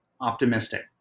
optimistic